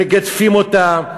מגדפים אותה,